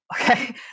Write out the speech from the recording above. okay